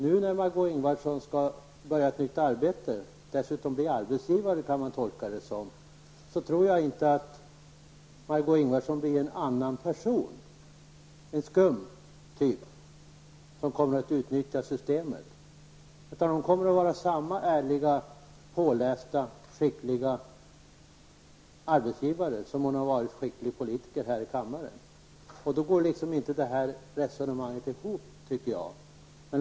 Nu när Margó Ingvardsson skall börja ett nytt arbete och dessutom bli arbetsgivare, kan man tolka det som, tror jag inte att hon blir en annan person, en skum typ som kommer att utnyttja systemet, utan att hon kommer att vara samma ärliga, pålästa och skickliga arbetsgivare som hon har varit skicklig politiker här i kammaren. Då går resonemanget inte ihop, tycker jag.